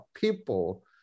people